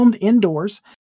indoors